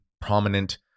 prominent